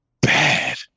bad